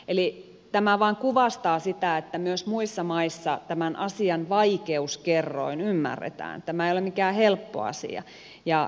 eli tämä vain kuvastaa sitä että myös muissa maissa tämän asian vaikeuskerroin ymmärretään tämä ei ole mikään helppo asia